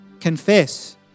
confess